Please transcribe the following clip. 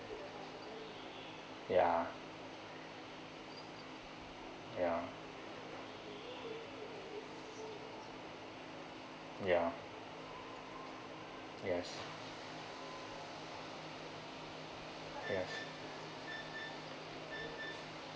ya ya ya yes yes